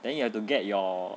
then you have to get your